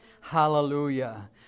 Hallelujah